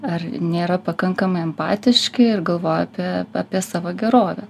ar nėra pakankamai empatiški ir galvoja apie apie savo gerovę